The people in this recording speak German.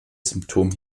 symptom